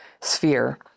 sphere